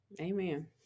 amen